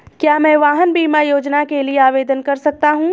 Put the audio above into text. क्या मैं वाहन बीमा योजना के लिए आवेदन कर सकता हूँ?